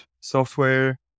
Software